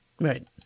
Right